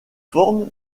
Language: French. forme